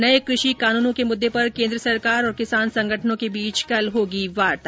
नए कृषि कानूनों के मुद्दे पर केन्द्र सरकार और किसान संगठनों के बीच कल होगी वार्ता